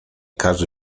każdy